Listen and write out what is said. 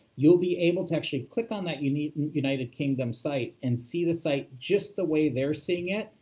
you'll be able to actually click on that you know united kingdom site and see the site just the way they're seeing it,